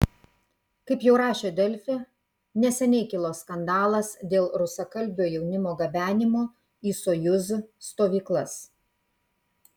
kaip jau rašė delfi neseniai kilo skandalas dėl rusakalbio jaunimo gabenimo į sojuz stovyklas